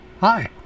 Hi